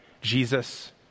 Jesus